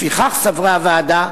לפיכך סברה הוועדה,